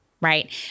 Right